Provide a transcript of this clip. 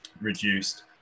reduced